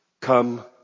Come